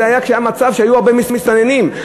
זה היה כשהיו הרבה מסתננים.